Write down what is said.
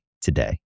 today